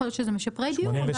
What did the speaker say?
ויכול להיות שאלה משפרי דיור.